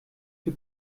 für